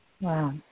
Wow